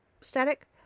static